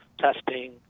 testing